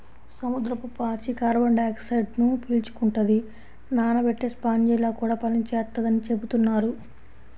సముద్రపు పాచి కార్బన్ డయాక్సైడ్ను పీల్చుకుంటది, నానబెట్టే స్పాంజిలా కూడా పనిచేత్తదని చెబుతున్నారు